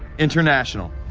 international.